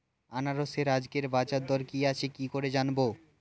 আনারসের আজকের বাজার দর কি আছে কি করে জানবো?